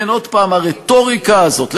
שוב הרטוריקה הזאת,